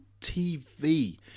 TV